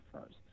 first